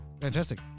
Fantastic